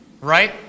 Right